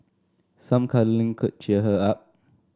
some cuddling could cheer her up